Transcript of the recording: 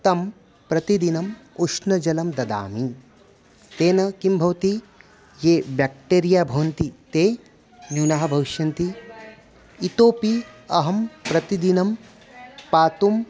तं प्रतिदिनम् उष्णजलं ददामि तेन किं भवति ये बेक्टेरिया भवन्ति ते न्यूनाः भविष्यन्ति इतोऽपि अहं प्रतिदिनं पातुम्